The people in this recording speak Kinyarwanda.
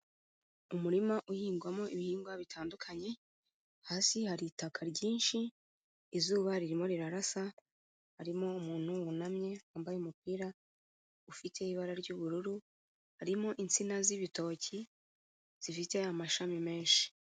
Umurima uhingwamo ibihingwa bitandukanye, hasi hari itaka ryinshi, izuba ririmo rirasa, harimo umuntu wunamye wambaye umupira ufite ibara ry'ubururu, harimo insina z'ibitoki zifite amashami menshi.